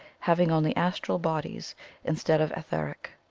having only astral bodies instead of etheric.